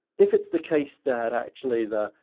if it's the case that actually the,